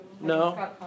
No